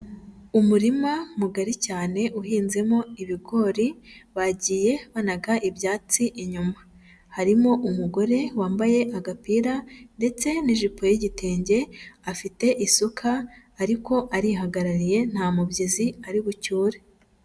Umurima mugari cyane uhinzemo ibigori bagiye banaga ibyatsi inyuma, harimo umugore wambaye agapira ndetse n'ijipo y'igitenge, afite isuka ariko arihagarariye nta mubyizi ari bucyure.